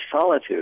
solitude